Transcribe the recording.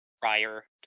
prior